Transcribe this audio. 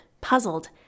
puzzled